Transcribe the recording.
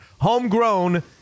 Homegrown